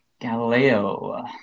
Galileo